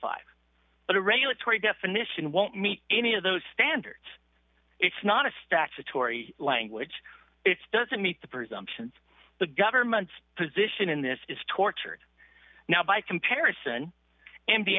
a regulatory definition won't meet any of those standards it's not a statutory language it's doesn't meet the presumption the government's position in this is tortured now by comparison